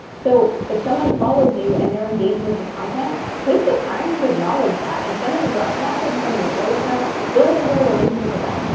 so, if someone follows you and they're engaging with your content, take the time to acknowledge that and send them a direct message. send them a voice note, build a real relationship with them.